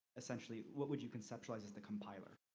essentially, what would you conceptualize as the compiler?